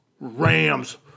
Rams